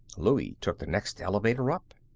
louie took the next elevator up.